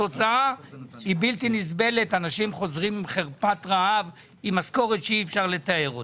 התוצאה היא שאנשים חוזרים הביתה עם משכורת שאי אפשר לתאר אותה.